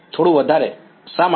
થોડું વધારે શા માટે